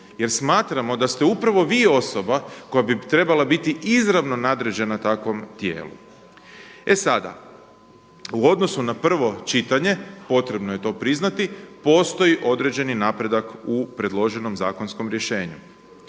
jer smatramo da ste upravo vi osoba koja bi trebala biti izravno nadređena takvom tijelu. E sada, u odnosu na prvo čitanje, potrebno je to priznati, postoji određeni napredak u predloženom zakonskom rješenju.